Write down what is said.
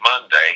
Monday